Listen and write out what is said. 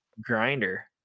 grinder